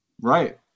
Right